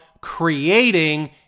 creating